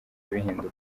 bihinduka